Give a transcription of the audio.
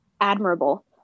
admirable